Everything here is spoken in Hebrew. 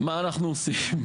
מה אנחנו עושים?